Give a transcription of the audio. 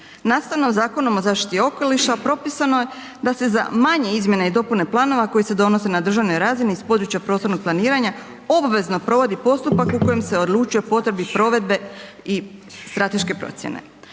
Nastavno, Zakonom o zaštiti okoliša propisano je da se za manje izmjene i dopune planova koji se donose na državnoj razini iz područja prostornog planiranja obvezno provodi postupak u kojem se odlučuje o potrebi provedbe i strateške procjene.